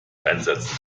einsetzen